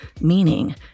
meaning